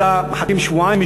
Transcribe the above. אלא מחכים שבועיים.